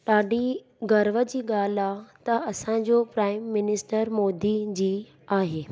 ॾाढी गर्व जी ॻाल्हि आहे त असांजो प्राइम मिनिस्टर मोदी जी आहे